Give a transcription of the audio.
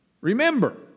remember